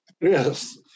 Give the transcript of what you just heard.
Yes